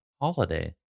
holiday